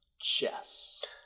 Chess